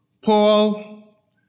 Paul